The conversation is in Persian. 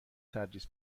تدریس